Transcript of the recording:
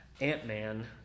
Ant-Man